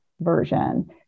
version